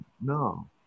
no